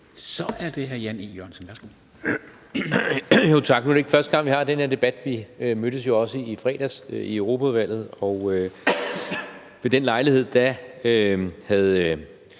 Kl. 13:25 Jan E. Jørgensen (V): Tak. Nu er det ikke første gang, vi har den her debat. Vi mødtes jo også i fredags i Europaudvalget, og ved den lejlighed havde